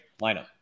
lineup